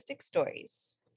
stories